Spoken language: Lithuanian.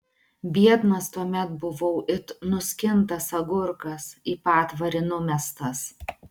biednas tuomet buvau it nuskintas agurkas į patvorį numestas